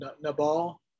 Nabal